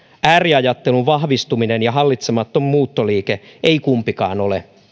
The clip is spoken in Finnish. ääriajattelun vahvistuminen ja hallitsematon muuttoliike ei kumpikaan ole